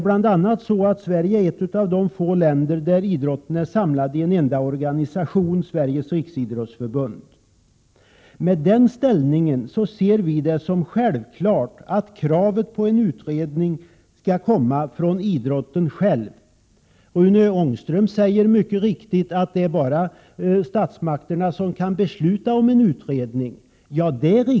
Sverige är exempelvis ett av de få länder där idrotten är samlad i en enda organisation, Sveriges riksidrottsförbund. Vi ser det som självklart att, med den ställning som idrottsrörelsen har, kravet på en utredning skall komma från idrotten själv. Rune Ångström påpekar helt riktigt att det bara är statsmakterna som kan besluta om en utredning.